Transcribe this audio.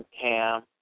Cam